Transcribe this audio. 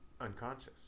unconscious